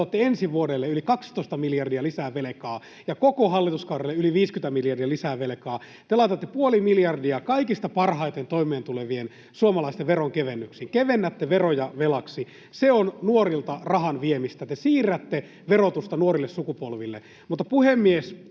te otatte ensi vuodelle yli 12 miljardia lisää velkaa ja koko hallituskaudelle yli 50 miljardia lisää velkaa, te laitatte puoli miljardia kaikista parhaiten toimeentulevien suomalaisten veronkevennyksiin. Kevennätte veroja velaksi. Se on nuorilta rahan viemistä. Te siirrätte verotusta nuorille sukupolville.